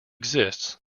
exists